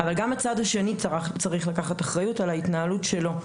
אבל גם הצד השני צריך לקחת אחריות על ההתנהלות שלו.